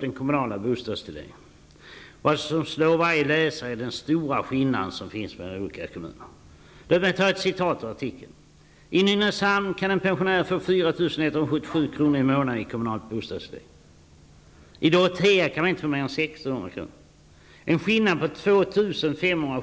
de kommunala bostadstilläggen upp. Vad som slår varje läsare är den stora skillnaden mellan olika kommuner. Låt mig ta ett citat i den artikeln: ''I Nynäshamn kan en pensionär få 4 177 kronor i månaden i kommunalt bostadstillägg. I Dorotea kan man inte få mer än 1 600 kr.